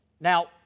now